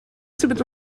symud